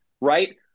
right